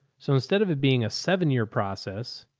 so instead of it being a seven year process,